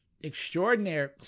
extraordinary